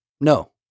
No